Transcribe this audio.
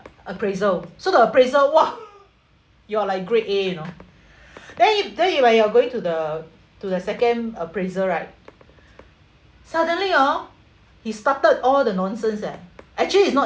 appraisal so the appraisal !wah! you are like grade A you know then you then you like you are going to the to the second appraisal right suddenly ah he started all the nonsense leh actually it's not